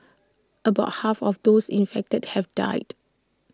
about half of those infected have died